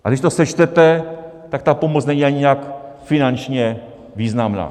A když to sečtete, tak ta pomoc není ani nějak finančně významná.